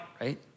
right